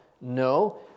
No